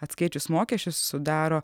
atskaičius mokesčius sudaro